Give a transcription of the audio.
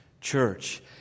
church